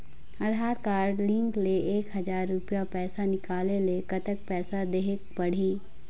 आधार card link ले एक हजार रुपया पैसा निकाले ले कतक पैसा देहेक पड़ही?